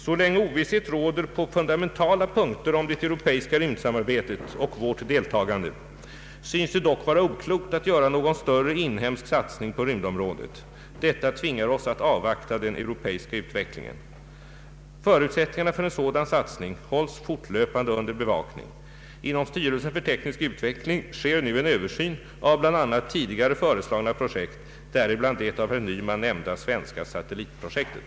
Så länge ovisshet råder på fundamentala punkter om det europeiska rymdsamarbetet och vårt deltagande, syns det dock vara oklokt att göra någon större inhemsk satsning på rymdområdet. Detta tvingar oss att avvakta den europeiska utvecklingen. Förutsättningarna för en sådan satsning hålls fortlöpande under bevak ning. Inom styrelsen för teknisk utveckling sker nu en översyn av bl.a. tidisare föreslagna projekt, däribland det av herr Nyman nämnda svenska satellitprojektet.